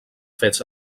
fets